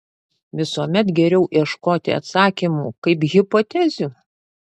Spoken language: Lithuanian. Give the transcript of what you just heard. visuomet geriau ieškoti atsakymų kaip hipotezių